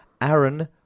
Aaron